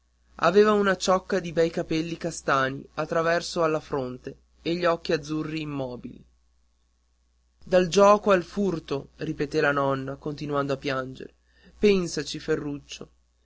aveva una ciocca di bei capelli castagni a traverso alla fronte e gli occhi azzurri immobili dal gioco al furto ripeté la nonna continuando a piangere pensaci ferruccio